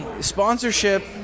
sponsorship